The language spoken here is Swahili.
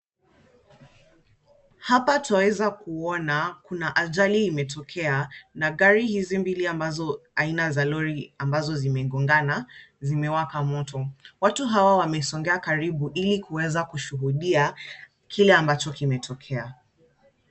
Hapa twaweza kuna kuna ajali imetokea na gari hizi mbili ambazo aina za lori ambazo zimegongana zimewaka moto. Watu hawa wamesonga karibu, ili kuweza kushuhudia kile ambacho kimetokea.